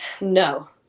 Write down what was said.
no